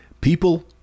people